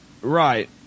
Right